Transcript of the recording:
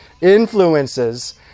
influences